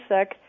sick